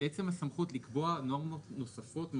עצם הסמכות לקבוע נורמות נוספות,